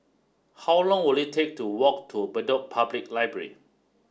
how long will it take to walk to Bedok Public Library